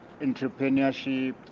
entrepreneurship